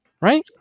right